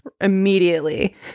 immediately